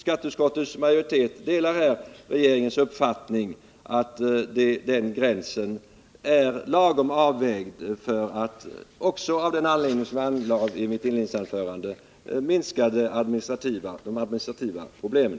Skatteutskottets majoritet delar här regeringens uppfattning att gränsen vid 1 milj.kr. är lagom avvägd för att — också av den anledning som jag angav i mitt inledningsanförande — minska de administrativa problemen.